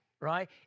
right